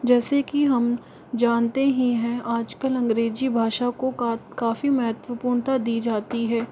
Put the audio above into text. जैसे कि हम जानते ही हैं आज कल अंग्रेज़ी भाषा को काफ़ी महत्वपूर्णता दी जाती है